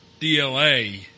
DLA